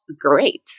great